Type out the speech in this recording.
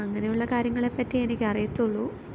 അങ്ങനുള്ള കാര്യങ്ങളെ പറ്റിയെ എനിയ്ക്കറിയത്തുള്ളു